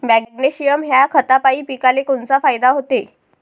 Magnesium ह्या खतापायी पिकाले कोनचा फायदा होते?